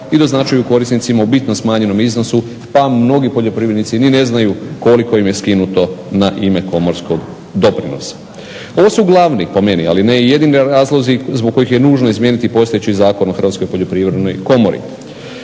i doznačuju korisnicima u bitno smanjenom iznosu pa mnogi poljoprivrednici ni ne znaju koliko im je skinuto na ime komorskog doprinosa. Ovo su glavni po meni, ali ne i jedini razlozi zbog kojih je nužno izmijeniti postojeći Zakon o Hrvatskoj poljoprivrednoj komori.